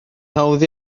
hawdd